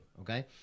okay